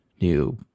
New